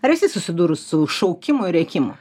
ar esi susidurus su šaukimu ir rėkimu